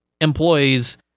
employees